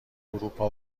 اروپا